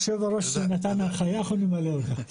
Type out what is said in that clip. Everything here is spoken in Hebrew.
יושב-הראש נתן הנחיה ואנחנו נבצע אותה.